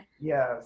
Yes